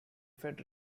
fed